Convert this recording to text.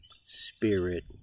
spirit